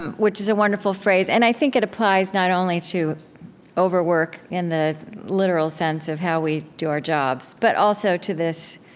and which is a wonderful phrase. and i think it applies, not only to overwork in the literal sense of how we do our jobs, but also to this